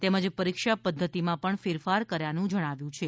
તેમજ પરીક્ષા પદ્ધતિમાં પણ ફેરફાર કર્યાનું જણાવ્યું છે